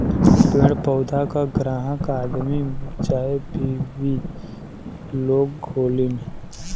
पेड़ पउधा क ग्राहक आदमी चाहे बिवी लोग होलीन